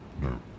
No